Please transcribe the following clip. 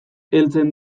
heltzen